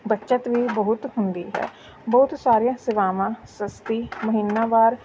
ਬੱਚਤ ਵੀ ਬਹੁਤ ਹੁੰਦੀ ਹੈ ਬਹੁਤ ਸਾਰੀਆਂ ਸੇਵਾਵਾਂ ਸਸਤੀ ਮਹੀਨਾ ਵਾਰ